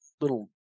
little